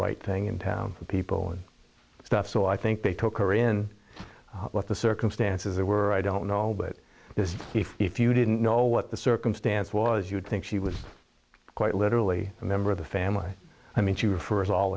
right thing in town people and stuff so i think they took over in what the circumstances were i don't know but this if you didn't know what the circumstance was you'd think she was quite literally a member of the family i mean she refers all